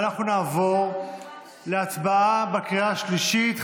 אנחנו נעבור להצבעה בקריאה השלישית.